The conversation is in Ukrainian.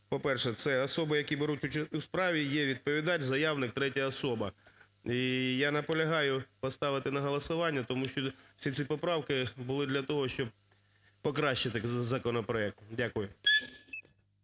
по-перше, це особи, які беруть участь у справі є відповідач-заявник, третя особа". І я наполягаю поставити на голосування, тому що всі ці поправки були для того, щоб покращити законопроект. Дякую.